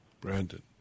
Brandon